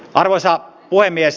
arvoisa puhemies